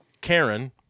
Karen